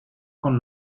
con